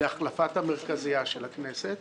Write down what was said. להחלפת המרכזייה של הכנסת.